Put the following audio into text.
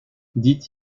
dit